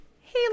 hey